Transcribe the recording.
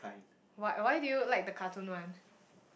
what why do you like the cartoon one